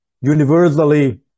universally